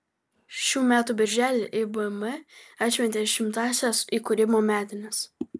šių metų birželį ibm atšventė šimtąsias įkūrimo metines